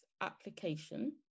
application